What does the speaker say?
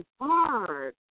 hard